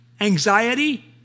anxiety